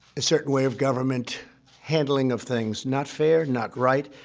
a certain way of government handling of things. not fair not right.